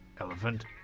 elephant